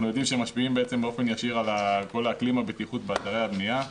באופן ישיר על כל אקלים הבטיחות באתרי הבנייה.